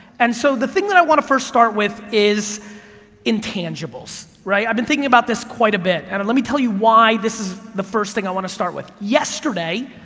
and so the thing that i want to first start with is intangibles, right? i've been thinking about this quite a bit, and let me tell you why this is the first thing i want to start with, yesterday,